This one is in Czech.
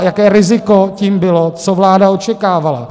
Jaké riziko tím bylo, co vláda očekávala.